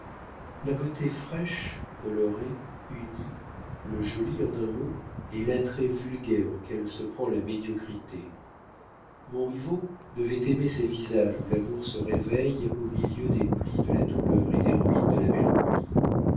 la beauté fraîche colorée unie le joli en un mot est l'attrait vulgaire auquel se prend la médiocrité montriveau devait aimer ces visages où l'amour se réveille au milieu des plis de la douleur et des ruines de la mélancolie